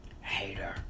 Hater